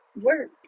work